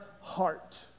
heart